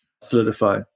solidify